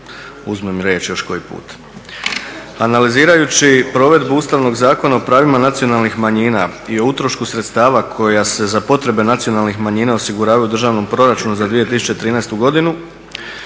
uzmem riječ još koji put. Analizirajući provedbu Ustavnog zakona o pravima nacionalnih manjina i o utrošku sredstava koja se za potrebe nacionalnih manjina osiguravaju u državnom proračunu za 2013. godinu